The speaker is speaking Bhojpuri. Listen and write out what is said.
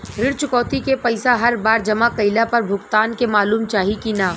ऋण चुकौती के पैसा हर बार जमा कईला पर भुगतान के मालूम चाही की ना?